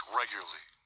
regularly